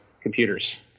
computers